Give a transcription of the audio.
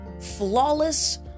flawless